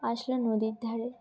আসলো নদীর ধারে